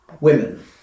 women